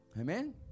Amen